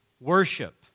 Worship